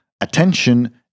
attention